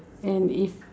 and if